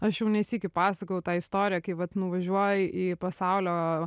aš jau ne sykį pasakojau tą istoriją kai vat nuvažiuoji į pasaulio